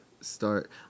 start